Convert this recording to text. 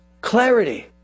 Clarity